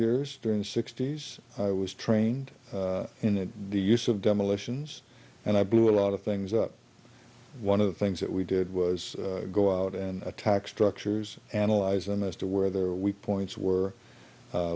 years during the sixty's i was trained in the use of demolitions and i blew a lot of things up one of the things that we did was go out and attack structures analyze them as to where their weak points were